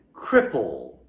cripple